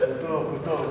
הוא טוב, הוא טוב.